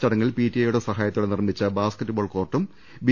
ചടങ്ങിൽ P T A യുടെ സഹായത്തോടെ നിർമിച്ച ബാസ്ക്കറ്റ് ബോൾ കോർട്ടും ബി